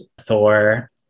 Thor